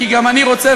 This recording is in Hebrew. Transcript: כי גם אני רוצה,